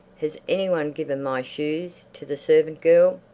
has anyone given my shoes to the servant girl?